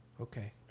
Okay